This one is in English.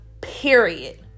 period